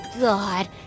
god